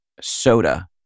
soda